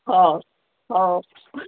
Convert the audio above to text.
ହଉ ହଉ